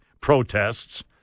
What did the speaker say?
protests